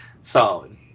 solid